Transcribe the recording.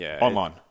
Online